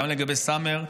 גם לגבי סאמר.